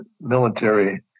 military